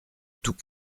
tout